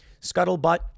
scuttlebutt